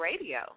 radio